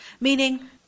Meaning